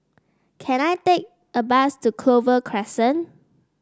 can I take a bus to Clover Crescent